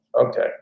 okay